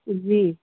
जी